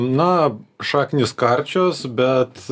na šaknys karčios bet